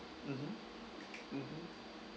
mmhmm mm